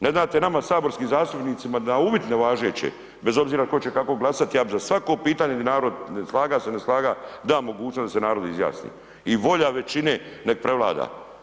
Ne date nama saborskim zastupnicima na uvid nevažeće bez obzira ko će kako glasat, ja bi za svako pitanje di narod ne slaga se, slaga, dao mogućnost da se narod izjasni i volja većine nek prevlada.